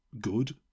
good